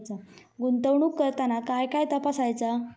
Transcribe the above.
गुंतवणूक करताना काय काय तपासायच?